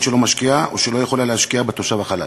שלא משקיעה או שלא יכולה להשקיע בתושב החלש.